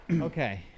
Okay